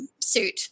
suit